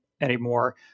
anymore